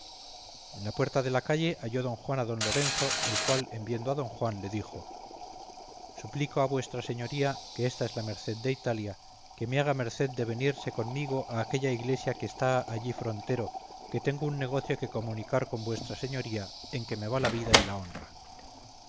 en la puerta de la calle halló don juan a don lorenzo el cual en viendo a don juan le dijo suplico a v s que ésta es la merced de italia me haga merced de venirse conmigo a aquella iglesia que está allí frontero que tengo un negocio que comunicar con v s en que me va la vida y la honra